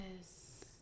Yes